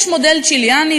יש מודל צ'יליאני,